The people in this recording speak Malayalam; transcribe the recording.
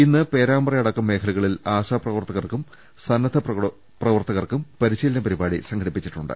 ഇന്ന് പേരാമ്പ്ര അടക്കം മേഖലകളിൽ ആശ പ്രവർത്തകർക്കും സന്നദ്ധ പ്രവർത്തകർക്കും പരിശീ ലന പരിപാടി സംഘടിപ്പിച്ചിട്ടുണ്ട്